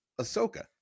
ahsoka